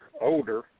older